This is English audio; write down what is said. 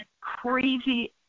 crazy